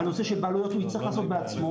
נושא של בעלויות הוא צריך לעשות בעצמו.